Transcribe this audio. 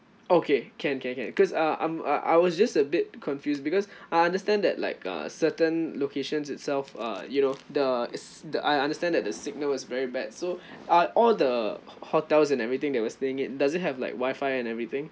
okay can can can because uh um uh I was just a bit confused because I understand that like uh certain locations itself uh you know the is the I understand that the signal is very bad so are all the ho~ hotels and everything that we're staying in does it have like wi-fi and everything